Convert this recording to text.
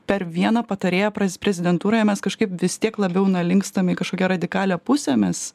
per vieną patarėją prez prezidentūroje mes kažkaip vis tiek labiau linkstam į kažkokią radikalią pusę mes